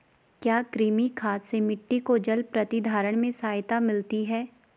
क्या कृमि खाद से मिट्टी को जल प्रतिधारण में सहायता मिलती है?